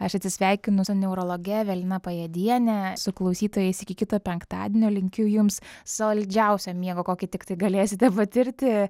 aš atsisveikinu su neurologe evelina pajėdiene su klausytojais iki kito penktadienio linkiu jums saldžiausio miego kokį tiktai galėsite patirti